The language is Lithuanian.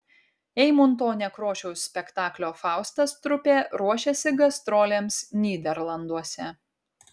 eimunto nekrošiaus spektaklio faustas trupė ruošiasi gastrolėms nyderlanduose